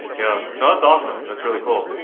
yeah, that's awesome. that's really cool.